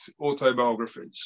autobiographies